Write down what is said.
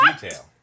detail